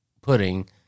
pudding